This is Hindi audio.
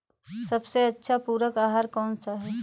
सबसे अच्छा पूरक आहार कौन सा होता है?